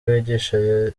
bigisha